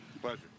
Pleasure